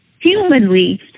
humanly